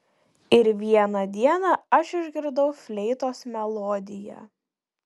ir vieną dieną aš išgirdau fleitos melodiją